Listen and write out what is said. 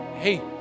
hey